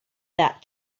that